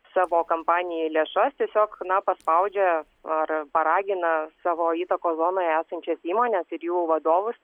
savo kampanijai lėšas tiesiog na paspaudžia ar paragina savo įtakos zonoje esančias įmones ir jų vadovus